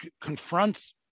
confronts